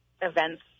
events